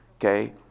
okay